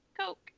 Coke